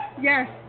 yes